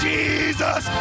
Jesus